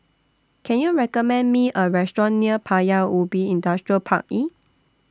Can YOU recommend Me A Restaurant near Paya Ubi Industrial Park E